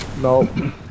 No